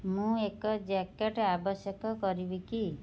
ର୍ମୁଁ ଏକ ଜ୍ୟାକେଟ୍ ଆବଶ୍ୟକ କରିବି କି